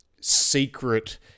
secret